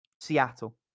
Seattle